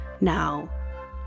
now